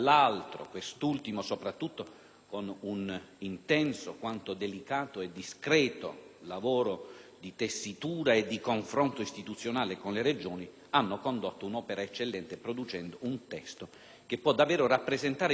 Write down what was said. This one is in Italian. con un intenso, quanto delicato e discreto lavoro di tessitura e di confronto istituzionale con le Regioni), hanno condotto un'opera eccellente producendo un testo che può davvero rappresentare il punto di svolta per cambiare